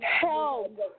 Help